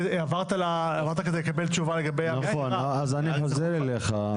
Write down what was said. אני אחזור אליך.